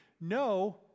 No